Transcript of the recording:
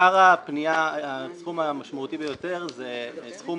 הסכום המשמעותי ביותר זה סכום